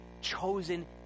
chosen